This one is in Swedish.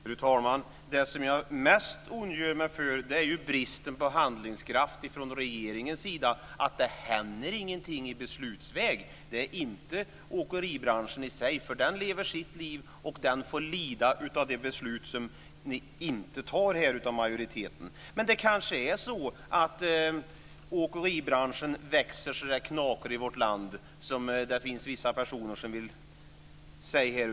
Fru talman! Det som jag mest ondgör mig över är bristen på handlingskraft från regeringens sida, nämligen att det händer ingenting i beslutsväg. Det gäller inte åkeribranschen i sig. Den lever sitt liv, och den får lida av de beslut som majoriteten inte fattar. Men det kanske är så att åkeribranschen växer så att det knakar i vårt land - som vissa statsråd säger.